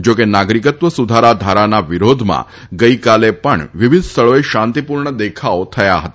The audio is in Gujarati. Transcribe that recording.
જોકે નાગરિકત્વ સુધારા ધારાના વિરોધમાં ગઈકાલે પણ વિવિધ સ્થળોએ શાંતિપૂર્ણ દેખાવો થયા હતા